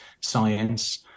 science